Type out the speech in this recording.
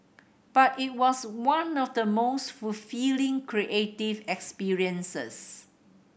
but it was one of the most fulfilling creative experiences